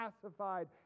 classified